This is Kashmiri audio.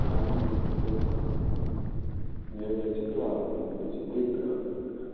کیٛازِ مےٚ مےٚ گژھہِ یہِ پرٛابلِم مےٚ گژھہِ یہِ بٔڑ پرٛابلم